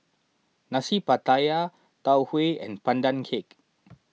Nasi Pattaya Tau Huay and Pandan Cake